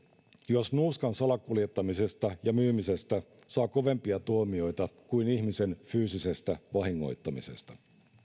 jos nuuskan salakuljettamisesta ja myymisestä saa kovempia tuomioita kuin ihmisen fyysisestä vahingoittamisesta